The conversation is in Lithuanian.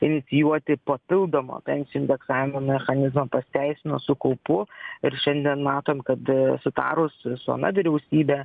inicijuoti papildomą pensijų indeksavimo mechanizmą pasiteisino su kaupu ir šiandien matom kad sutarus su ana vyriausybe